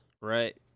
right